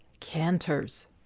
Canters